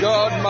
God